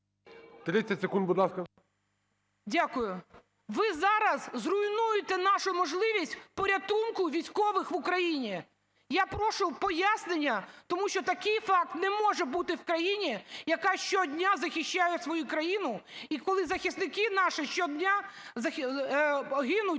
30 секунд, будь ласка. КОРЧИНСЬКА О.А. Дякую. Ви зараз зруйнуєте нашу можливість порятунку військових в Україні. Я прошу пояснення. Тому що такий факт не може бут в країні, яка щодня захищає свою країну і коли захисники наші щодня гинуть